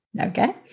Okay